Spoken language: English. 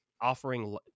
offering